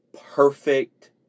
perfect